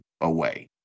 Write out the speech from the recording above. away